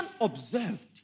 observed